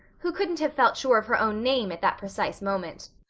who couldn't have felt sure of her own name at that precise moment.